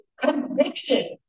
conviction